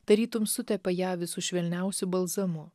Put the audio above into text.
tarytum sutepa ją visu švelniausiu balzamu